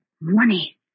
Money